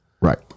Right